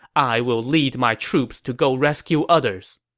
i will lead my troops to go rescue others.